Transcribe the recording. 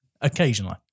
occasionally